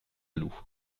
loue